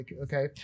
okay